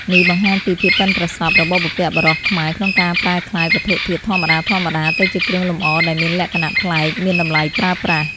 នេះបង្ហាញពី ភាពប៉ិនប្រសប់ របស់បុព្វបុរសខ្មែរក្នុងការប្រែក្លាយវត្ថុធាតុធម្មតាៗ ទៅជាគ្រឿងលម្អដែលមានលក្ខណៈប្លែក មានតម្លៃប្រើប្រាស់។